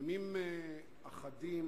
ימים אחדים